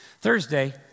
Thursday